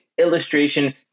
illustration